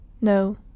No